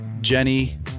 Jenny